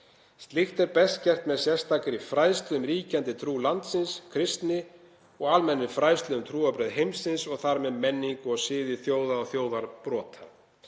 Slíkt er best gert með sérstakri fræðslu um ríkjandi trú landsins, kristni, og almennri fræðslu um trúarbrögð heimsins og þar með menningu og siði þjóða og þjóðarbrota.